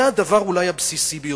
זה הדבר הבסיסי ביותר.